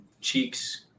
Cheeks